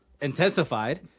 intensified